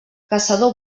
caçador